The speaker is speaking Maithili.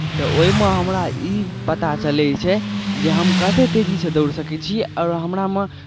तऽ ओहिमे हमरा ई पता चलै छै जे हम कतेक तेजीसँ दौड़ सकै छी आओर हमरामे